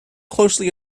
closely